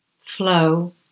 flow